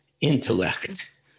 intellect